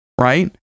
right